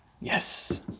Yes